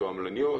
תועמלניות,